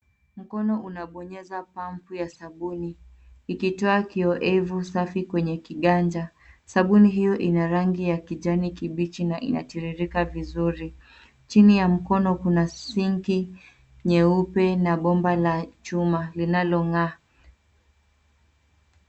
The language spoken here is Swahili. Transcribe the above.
Mkono unabonyeza pampu ya sabuni, ikitoa kioevu safi kwenye kiganja. Sabuni hiyo Ina rangi ya kijani kibichi na inatiririka vizuri. Chini ya mkono kuna sinki nyeupe na bomba la chuma linalongaa.